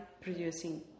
producing